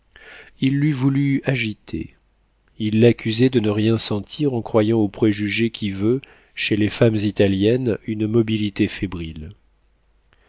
il l'eût voulue agitée il l'accusait de ne rien sentir en croyant au préjugé qui veut chez les femmes italiennes une mobilité fébrile